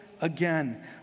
again